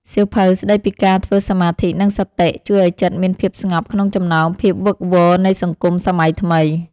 សៀវភៅស្ដីពីការធ្វើសមាធិ និងសតិ ជួយឱ្យចិត្តមានភាពស្ងប់ក្នុងចំណោមភាពវឹកវរនៃសង្គមសម័យថ្មី។